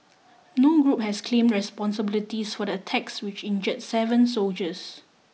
no group has claimed responsibilities for the attacks which injured seven soldiers